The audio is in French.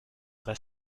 vraie